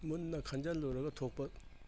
ꯃꯨꯟꯅ ꯈꯟꯖꯜꯂꯨꯔꯒ ꯊꯣꯛꯄ